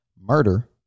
murder